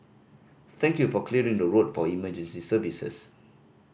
thank you for clearing the road for emergency services